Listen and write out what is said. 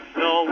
no